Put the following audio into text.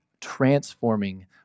transforming